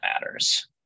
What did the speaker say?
matters